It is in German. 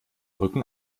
rücken